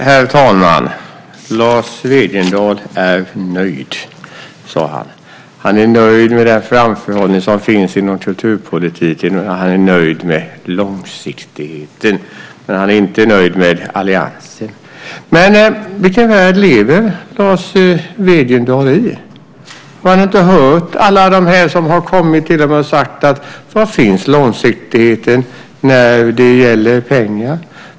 Herr talman! Lars Wegendal är nöjd, sade han. Han är nöjd med den framförhållning som finns inom kulturpolitiken, och han är nöjd med långsiktigheten. Men han är inte nöjd med alliansen. Vilken värld lever Lars Wegendal i? Har han inte hört alla dem som har kommit och sagt: Var finns långsiktigheten när det gäller pengar?